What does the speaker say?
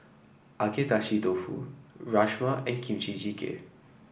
Agedashi Dofu Rajma and Kimchi Jjigae